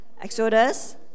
Exodus